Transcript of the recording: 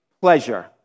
pleasure